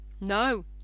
no